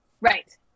right